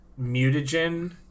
Mutagen